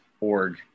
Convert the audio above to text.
org